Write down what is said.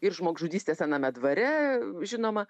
ir žmogžudystė sename dvare žinoma